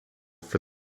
for